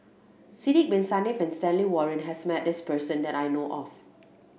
Sidek Bin Saniff and Stanley Warren has met this person that I know of